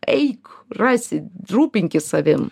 eik rasi rūpinkis savim